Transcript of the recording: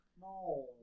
No